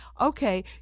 Okay